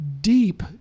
deep